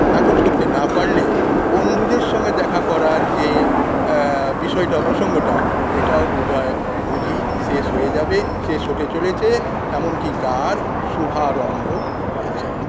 নাকোচ করতে না পারলে বন্ধুদের সঙ্গে দেখা করার যে বিষয়টা প্রসঙ্গটা এটাও বোধহয় বুঝি শেষ হয়ে যাবে শেষ হতে চলেছে এমনকি তার শুভারম্ভ হয়েছে